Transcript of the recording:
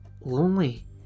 lonely